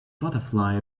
butterfly